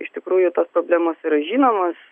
iš tikrųjų tos problemos yra žinomos